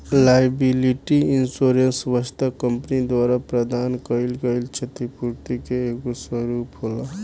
liability insurance वस्तुतः company द्वारा प्रदान कईल गईल छतिपूर्ति के एगो स्वरूप होला